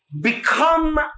become